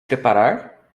preparar